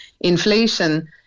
inflation